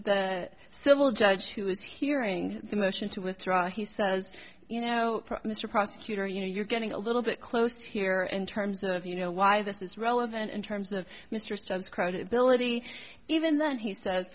will judge who is hearing the motion to withdraw he says you know mr prosecutor you know you're getting a little bit close here and terms of you know why this is relevant in terms of mr stubbs credibility even then he says